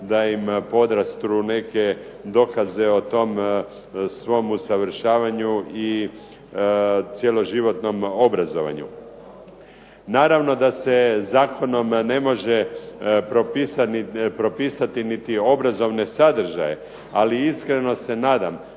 da im podastru neke dokaze o tom svom usavršavanju i cjeloživotnom obrazovanju. Naravno da se Zakonom ne može propisati niti obrazovne sadržaje ali iskreno se nadam